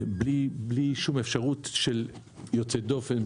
בלי שום אפשרות ליוצאי דופן,